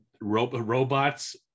robots